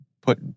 put